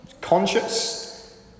conscious